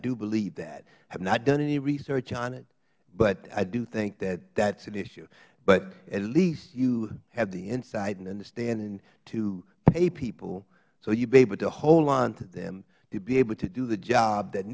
do believe that i've not done any research on it but i do think that that's an issue but at least you have the insight and understanding to pay people so you will be able to hold on to them to be able to do the job that